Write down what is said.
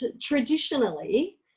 traditionally